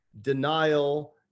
denial